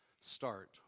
start